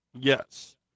yes